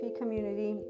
community